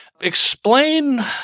Explain